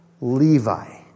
Levi